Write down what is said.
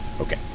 Okay